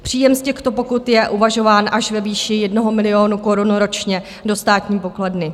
Příjem z těchto pokut je uvažován až ve výši 1 milionu korun ročně do státní pokladny.